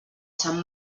sant